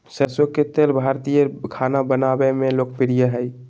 सरसो के तेल भारतीय खाना बनावय मे लोकप्रिय हइ